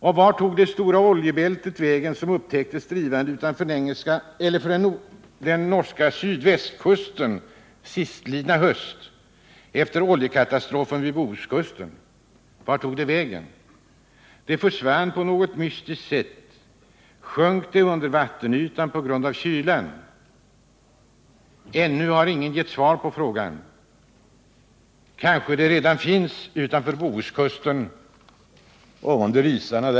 Och vart tog det stora oljebälte vägen som upptäcktes drivande utanför den norska sydvästkusten sistlidna höst efter oljekatastrofen vid Bohuskusten? Det försvann på något mystiskt sätt. Sjönk det under vattenytan på grund av kylan? Ännu har ingen gett svar på den frågan. Kanske det redan under ytan finns utanför Bohuskusten.